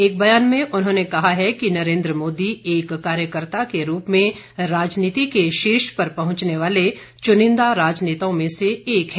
एक बयान में उन्होंने कहा है कि नरेंद्र मोदी एक कार्यकर्ता के रूप में राजनीति के शीर्ष पर पहुंचने वाले चुनिंदा राजनेताओं में से एक है